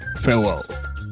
farewell